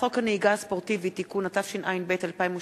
התשע"ב 2012,